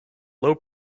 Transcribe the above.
low